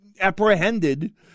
apprehended